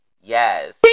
yes